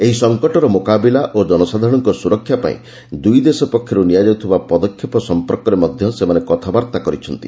ଏହି ସଂକଟର ମୁକାବିଲା ଓ ଜନସାଧାରଣଙ୍କର ସୁରକ୍ଷା ପାଇଁ ଦୁଇ ଦେଶ ପକ୍ଷରୁ ନିଆଯାଉଥିବା ପଦକ୍ଷେପ ସମ୍ପର୍କରେ ମଧ୍ୟ ସେମାନେ କଥାବାର୍ତ୍ତା କରିଛନ୍ତି